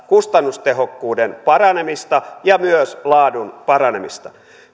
kustannustehokkuuden paranemista ja myös laadun paranemista